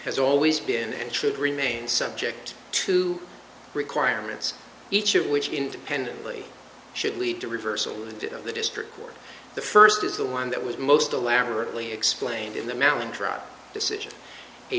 has always been and should remain subject to requirements each of which independently should lead to reversal of the district court the first is the one that was most elaborately explained in the